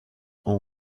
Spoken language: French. ont